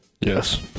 Yes